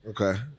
Okay